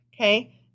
Okay